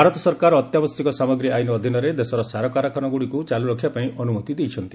ଭାରତ ସରକାର ଅତ୍ୟାବଶ୍ୟକ ସାମଗ୍ରୀ ଆଇନ୍ ଅଧୀନରେ ଦେଶର ସାର କାରଖାନାଗୁଡ଼ିକୁ ଚାଲୁ ରଖିବା ପାଇଁ ଅନୁମତି ଦେଇଛନ୍ତି